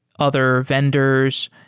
other vendors.